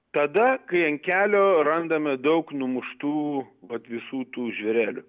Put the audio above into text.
tada kai ant kelio randame daug numuštų vat visų tų žvėrelių